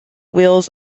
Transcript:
wheels